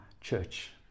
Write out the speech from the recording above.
church